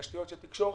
בתשתיות של תקשורת,